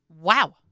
Wow